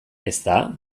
ezta